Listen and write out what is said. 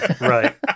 Right